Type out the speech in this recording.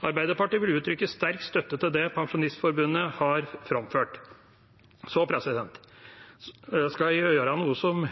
Arbeiderpartiet vil uttrykke sterk støtte til det Pensjonistforbundet har framført. Så skal jeg gjøre noe